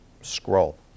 scroll